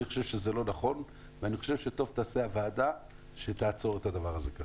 אני חושב שזה לא נכון ואני חושב שטוב תעשה הוועדה שתעצור את הדבר הזה.